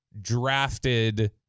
drafted